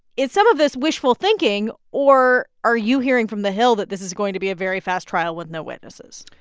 is some of this wishful thinking? or are you hearing from the hill that this is going to be a very fast trial with no witnesses?